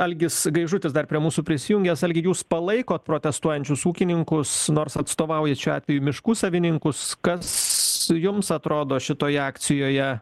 algis gaižutis dar prie mūsų prisijungęs algi jūs palaikot protestuojančius ūkininkus nors atstovaujat šiuo atveju miškų savininkus kas jums atrodo šitoje akcijoje